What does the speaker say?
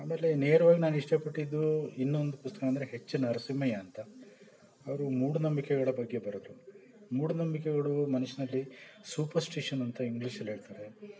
ಆಮೇಲೆ ನೇರವಾಗಿ ನಾನಿಷ್ಟಪಟ್ಟಿದ್ದು ಇನ್ನೊಂದು ಪುಸ್ತಕ ಅಂದರೆ ಎಚ್ ನರಸಿಂಹಯ್ಯ ಅಂತ ಅವರು ಮೂಢನಂಬಿಕೆಗಳ ಬಗ್ಗೆ ಬರೆದ್ರು ಮೂಢನಂಬಿಕೆಗಳು ಮನುಷ್ಯನಲ್ಲಿ ಸೂಪರ್ಸ್ಟಿಶನ್ ಅಂತ ಇಂಗ್ಲಿಷಲ್ಲಿ ಹೇಳ್ತಾರೆ